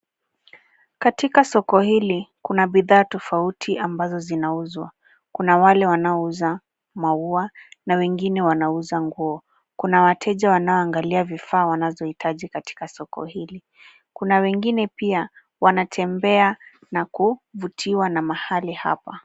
Katika soko hili kuna bidhaa tofauti ambazo zinauzwa. Kuna wale wanaouza maua na wengine wanauza nguo. Kuna wateja wanaoangalia vifaa wanazohitaji katika soko hili. Kuna wengine pia wanatembea na kuvutiwa na mahali hapa.